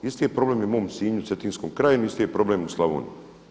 Isti problem je i u mom Sinju, Cetinskom kraju, isti je problem i u Slavoniji.